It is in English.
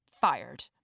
Fired